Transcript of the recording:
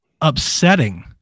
upsetting